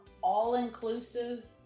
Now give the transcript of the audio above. all-inclusive